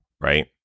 right